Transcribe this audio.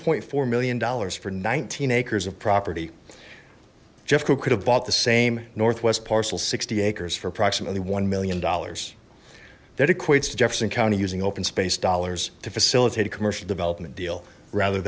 point four million dollars for nineteen a kers of property jeffco could have bought the same northwest parcel sixty acres for approximately one million dollars that equates to jefferson county using open space dollars to facilitate a commercial development deal rather